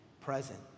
present